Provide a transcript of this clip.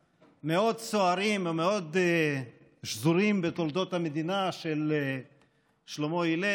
המאוד-סוערים ומאוד שזורים בתולדות המדינה של שלמה הלל,